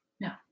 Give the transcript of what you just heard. no